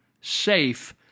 safe